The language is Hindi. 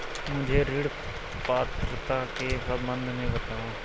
मुझे ऋण पात्रता के सम्बन्ध में बताओ?